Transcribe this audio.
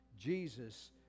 Jesus